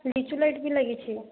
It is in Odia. ଲିଚୁ ଲାଇଟ୍ ବି ଲାଗିଛି